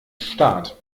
staat